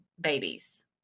babies